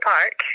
Park